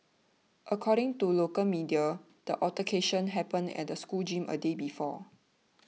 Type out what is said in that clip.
according to local media the altercation happened at the school gym a day before